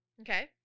okay